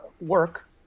work